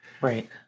Right